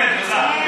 תיקון.